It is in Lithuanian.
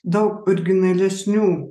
daug originalesnių